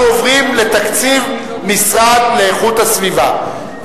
אנחנו עוברים לתקציב המשרד להגנת הסביבה.